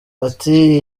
ati